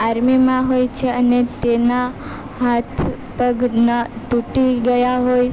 આર્મીમાં હોય છે અને તેના હાથ પગના તૂટી ગયા હોય